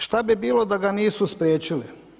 Što bi bilo da ga nisu spriječili?